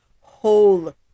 whole